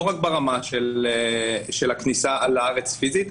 לא רק ברמה של הכניסה לארץ פיזית,